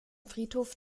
friedhof